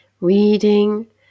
reading